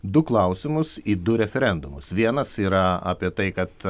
du klausimus į du referendumus vienas yra apie tai kad